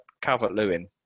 Calvert-Lewin